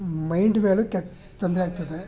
mind ಮೇಲೆ ಕೆಟ್ಟ ತೊಂದರೆಯಾಗ್ತದೆ